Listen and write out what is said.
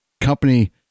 company